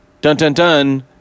dun-dun-dun